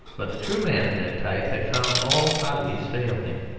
but the true man of that type had found all hobbies fail him.